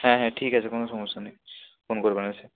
হ্যাঁ হ্যাঁ ঠিক আছে কোনো সমস্যা নেই ফোন করবেন এসে